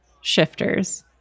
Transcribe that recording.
shifters